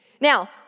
Now